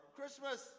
Christmas